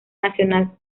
nacional